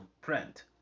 print